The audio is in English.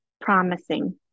Promising